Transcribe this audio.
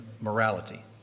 morality